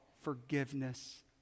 forgiveness